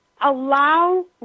Allow